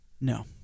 No